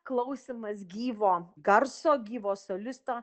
klausymas gyvo garso gyvo solisto